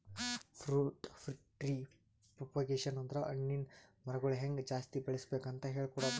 fruit tree propagation ಅಂದ್ರ ಹಣ್ಣಿನ್ ಮರಗೊಳ್ ಹೆಂಗ್ ಜಾಸ್ತಿ ಬೆಳಸ್ಬೇಕ್ ಅಂತ್ ಹೇಳ್ಕೊಡದು